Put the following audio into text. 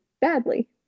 badly